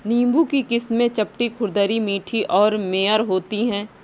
नींबू की किस्में चपटी, खुरदरी, मीठी और मेयर होती हैं